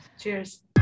Cheers